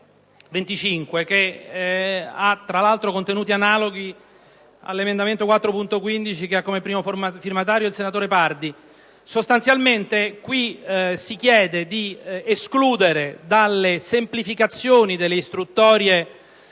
4.25, che ha contenuti analoghi all'emendamento 4.15 di cui è primo firmatario il senatore Pardi, sostanzialmente si chiede di escludere dalle semplificazioni delle istruttorie